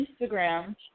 Instagram